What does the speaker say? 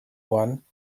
one